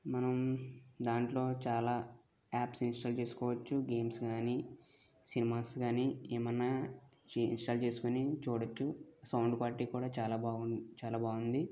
మనం దాంట్లో చాలా యాప్స్ ఇంస్టాల్ చేసుకోవచ్చు గేమ్స్ గానీ సినిమాస్ గానీ ఏమైనా ఇంస్టాల్ చేసుకొని చూడవచ్చు సౌండ్ క్వాలిటీ కూడా చాలా బాగున్న చాలా బాగుంది